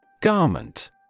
Garment